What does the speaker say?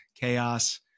Chaos